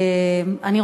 אנחנו